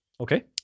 Okay